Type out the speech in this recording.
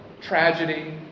tragedy